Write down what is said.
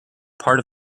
part